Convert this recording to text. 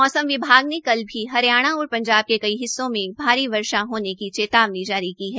मौसम विभाग ने कल भी हरियाणा और पंजाब के कई हिस्सों में भारी बारिश होने की चेतावनी जारी की है